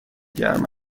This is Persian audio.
گرم